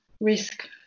risk